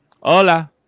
Hola